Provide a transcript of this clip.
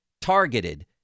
targeted